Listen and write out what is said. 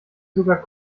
sogar